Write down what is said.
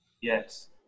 Yes